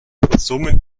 somit